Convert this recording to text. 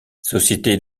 sociétés